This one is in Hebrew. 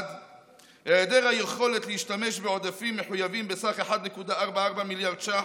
1. היעדר היכולת להשתמש בעודפים מחויבים בסך 1.44 מיליארד ש"ח,